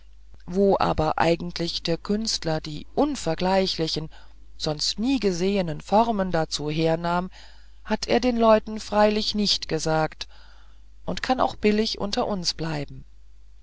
wo aber eigentlich der künstler die unvergleichlichen sonst nie gesehenen formen dazu hernahm hat er den leuten freilich nicht gesagt und kann auch billig unter uns bleiben